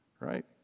right